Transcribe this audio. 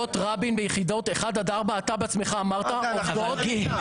רבין ביחידות 1-4. ניר,